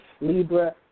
Libra